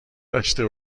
داشته